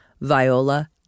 Viola